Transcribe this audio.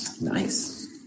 Nice